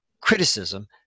criticism